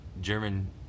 German